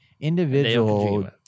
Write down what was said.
Individual